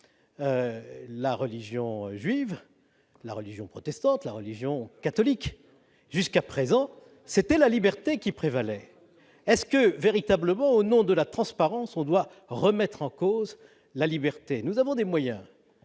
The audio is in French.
la religion juive, la religion protestante la religion catholique, jusqu'à présent, c'était la liberté qui prévalait est-ce que véritablement au nom de la transparence, on doit remettre en cause la liberté, nous avons des moyens